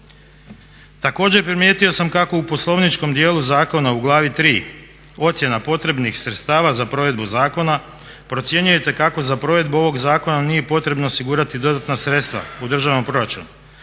Također primijetio sam kako u poslovničkom dijelu zakona u Glavi III. Ocjena potrebnih sredstava za provedbu zakona procjenjujete kako za provedbu ovog zakona nije potrebno osigurati dodatna sredstva u državnom proračunu,